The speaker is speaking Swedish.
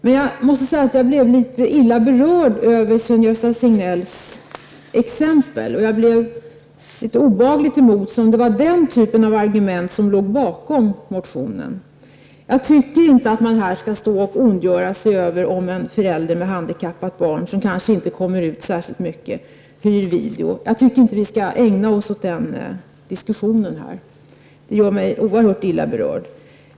Men jag måste säga att jag blev illa berörd av Sven Gösta Signells exempel -- om det var den typen av argument som låg bakom motionen. Jag tycker inte att man här skall stå och ondgöra sig över att en förälder med handikappat barn, som kanske inte kommer ut särskilt mycket, hyr video. Vi skall inte ägna oss åt den diskussionen här, tycker jag -- det gör mig oerhört illa berörd.